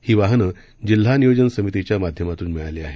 ही वाहनं जिल्हा नियोजन समितीच्या माध्यमातून मिळाली आहेत